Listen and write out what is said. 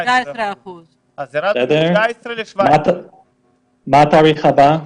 19%. מה התאריך הבא?